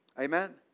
Amen